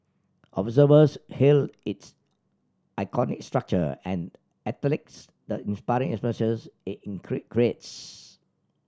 observers hailed its iconic structure and athletes the inspiring atmosphere it create greats